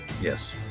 Yes